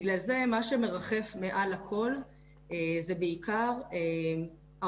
בגלל זה מה שמרחף מעל הכל זה בעיקר האוטונומיה